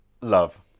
Love